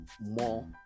more